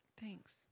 Thanks